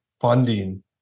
funding